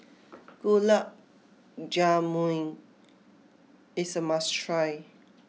Gulab Jamun is a must try